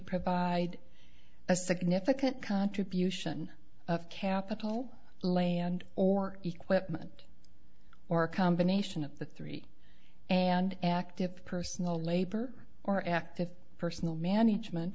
provide a significant contribution of capital land or equipment or a combination of the three and active personal labor or active personal management